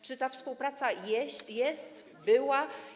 Czy ta współpraca jest, była?